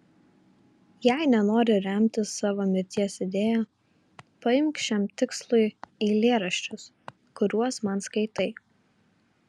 jei nenori remtis savo mirties idėja paimk šiam tikslui eilėraščius kuriuos man skaitai